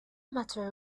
matter